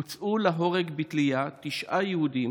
הוצאו להורג בתלייה תשעה יהודים.